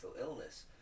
illness